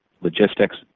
logistics